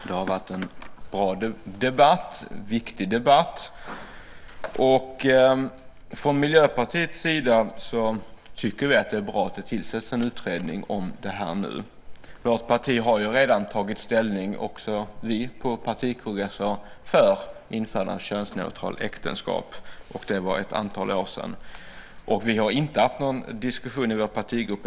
Fru ordförande! Det har varit en bra och viktig debatt. Från Miljöpartiets sida tycker vi att det är bra att det tillsätts en utredning om det här nu. Vårt parti har ju redan tagit ställning - också vi på partikongresser - för införande av en könsneutral äktenskapslag. Det var ett antal år sedan. Vi har inte haft någon diskussion i vår partigrupp.